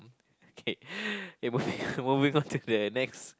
K K moving on moving onto the next